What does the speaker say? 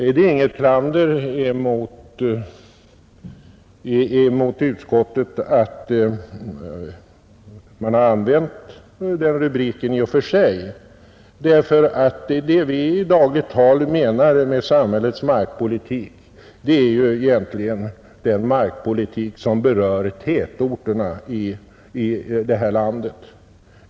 Jag vill inte klandra utskottet för att man har använt de orden i rubriken i och för sig, därför att det vi i dagligt tal menar med samhällets markpolitik är den markpolitik som berör tätorterna i vårt land.